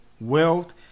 wealth